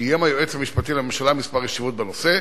קיים היועץ המשפטי לממשלה מספר ישיבות בנושא,